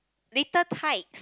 little tykes